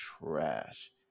trash